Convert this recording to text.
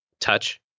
touch